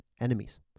enemies